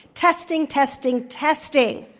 testing, testing, testing.